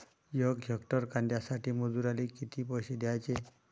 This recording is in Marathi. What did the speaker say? यक हेक्टर कांद्यासाठी मजूराले किती पैसे द्याचे?